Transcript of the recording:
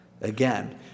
again